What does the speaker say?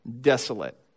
desolate